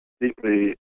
deeply